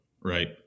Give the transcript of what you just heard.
right